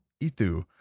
Itu